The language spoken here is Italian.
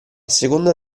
seconda